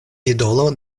idolo